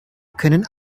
können